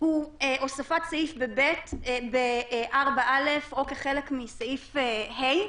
בתוך מסגרת הוא הוספת סעיף ב-4א(ב) או כחלק מסעיף (ה),